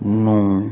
ਨੂੰ